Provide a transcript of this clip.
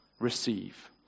receive